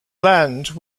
land